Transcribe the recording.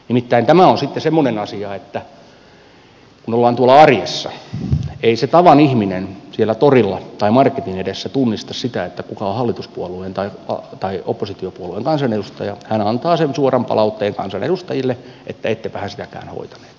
nimittäin tämä on sitten semmoinen asia että kun ollaan tuolla arjessa ei se tavan ihminen siellä torilla tai marketin edessä tunnista sitä kuka on hallituspuolueen tai oppositiopuolueen kansanedustaja vaan hän antaa sen suoran palautteen kansanedustajalle että ettepähän sitäkään hoitaneet